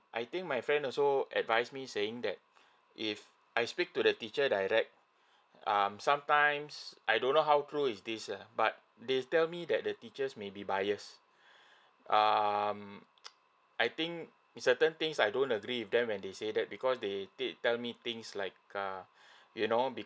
I think my friend also advise me saying that if I speak to the teacher direct um sometimes I don't know how true is this uh but they tell me that the teachers may be biased um I think in certain things I don't agree with them when they say that because they keep tell me things like uh you know